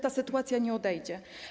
Ta sytuacja nie odejdzie.